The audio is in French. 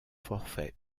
forfait